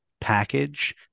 package